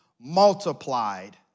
multiplied